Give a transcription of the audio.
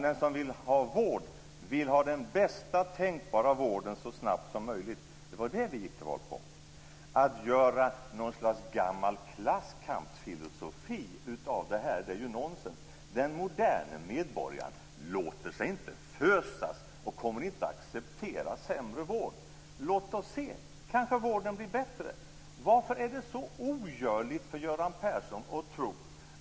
Den som vill ha vård vill ha den bästa tänkbara vården så snabbt som möjligt. Det var det vi gick till val på. Att göra något slags klasskampsfilosofi av detta är nonsens. Den moderna medborgaren låter sig inte fösas och kommer inte att acceptera sämre vård. Låt oss se. Kanske vården blir bättre. Varför är det så ogörligt för Göran Persson att tro?